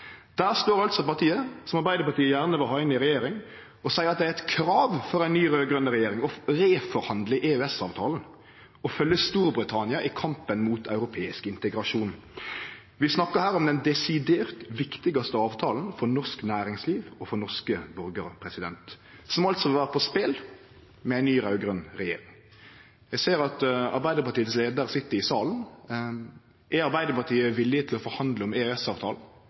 Der seier altså partiet som Arbeidarpartiet gjerne vil ha inn i regjering, at det er eit krav frå ei ny raud-grøn regjering å reforhandle EØS-avtalen og følgje Storbritannia i kampen mot europeisk integrasjon. Vi snakkar her om den desidert viktigaste avtalen for norsk næringsliv og for norske borgarar, som altså vil vere på spel med ei ny raud-grøn regjering. Eg ser at Arbeidarpartiets leiar sit i salen. Er Arbeidarpartiet villig til å forhandle om